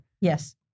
Yes